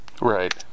Right